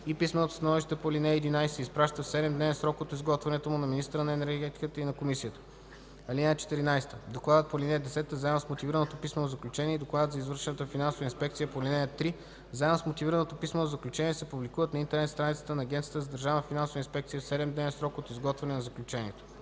и писменото становище по ал. 11 се изпраща в 7-дневен срок от изготвянето му на министъра на енергетиката и на комисията. (14) Докладът по ал. 10 заедно с мотивираното писмено заключение и докладът за извършена финансова инспекция по ал. 3 заедно с мотивираното писмено заключение се публикуват на интернет страницата на Агенцията за държавна финансова инспекция в 7-дневен срок от изготвяне на заключението.”